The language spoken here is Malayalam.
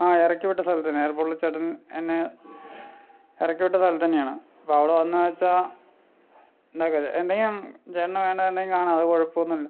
ആ ഇറക്കി വിട്ട സ്ഥലത്തുതന്നെ എയർപോർട്ടിൽ ചേട്ടൻ എന്നെ ഇറക്കി വിട്ട സ്ഥലത്തുതന്നെയാണ് അപ്പം അവിടെ വന്നു വെച്ചാൽ എന്തെങ്കിലും ചേട്ടന് വേണ്ടതെങ്കിലും കാണാം അത് കുഴപ്പമൊന്നുമില്ല